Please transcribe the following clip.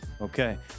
Okay